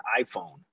iPhone